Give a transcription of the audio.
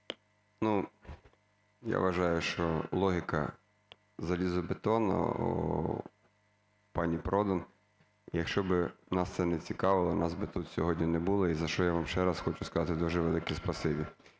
А.В. Я вважаю, що логіка залізобетонна у пані Продан. Якщо би нас це не цікавило, нас би тут сьогодні не було. І за що я вам ще раз хочу сказати дуже велике спасибі,